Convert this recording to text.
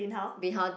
been how